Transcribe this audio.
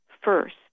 first